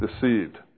deceived